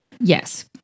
Yes